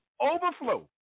overflow